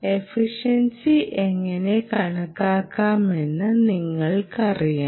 efficiency എങ്ങനെ കണക്കാക്കാമെന്ന് നിങ്ങൾക്കറിയാം